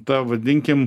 ta vadinkim